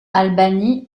albany